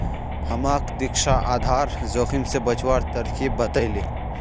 हमाक दीक्षा आधार जोखिम स बचवार तरकीब बतइ ले